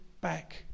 back